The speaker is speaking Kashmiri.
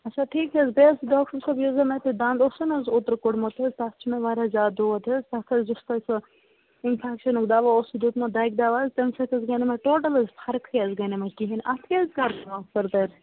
اچھا ٹھیک حظ بیٚیہِ حظ چھِ ڈاکٹر صوب یُس زن اتہِ یہِ دَنٛد اوسوٕ نا حظ اوترٕ کوٚڑمُتھ حظ تتھ چھِ مےٚ واریاہ زیادٕ دود حظ اِنفیٚکشنُک دوا اوسوٕ دیُتمُت دَگہِ دوا حظ تٔمۍ سۭتۍ حظ گٔے نہٕ مےٚ ٹوٹل حظ فرقٕے حظ گٔے نہٕ مےٚ کِہِنۍ اتھ کیاہ حظ کر بہٕ اتھ فٕردَر